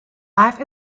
life